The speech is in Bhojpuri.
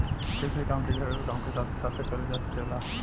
कृषि काम के घरेलू काम के साथे साथे कईल जा सकेला